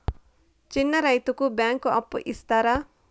చిన్న రైతుకు బ్యాంకు అప్పు ఇస్తారా?